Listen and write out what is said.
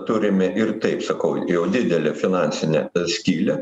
turime ir taip sakau jau didelę finansinę skylę